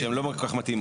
שהן לא כל כך מתאימות.